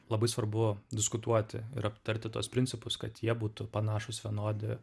labai svarbu diskutuoti ir aptarti tuos principus kad jie būtų panašūs vienodi